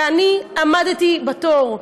ואני עמדתי בתור.